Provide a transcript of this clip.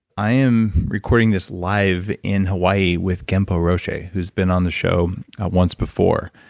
i am recording this live in hawaii with genpo roshi, who's been on the show once before.